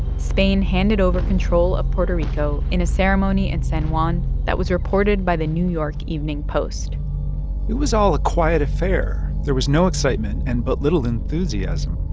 spain handed over control of puerto rico in a ceremony in san juan that was reported by the new york evening post it was all a quiet affair. there was no excitement and but little enthusiasm.